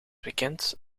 bekent